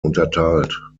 unterteilt